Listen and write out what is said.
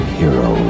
hero